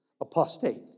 Apostate